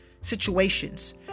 situations